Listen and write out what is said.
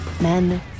Men